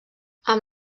amb